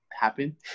happen